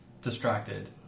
distracted